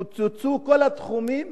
קוצצו כל התחומים